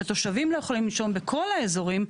שהתושבים לא יכולים לנשום בכל האזורים.